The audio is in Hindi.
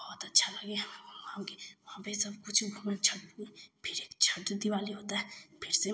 बहुत अच्छा लगता है हमें घूम घामकर वहाँ पर सबकुछ पूरी छत पर फिर एक छोटी दिवाली होती है फिर से